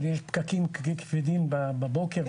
יש פקקים כבדים בבוקר,